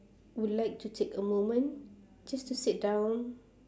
would like to take a moment just to sit down